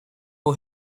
who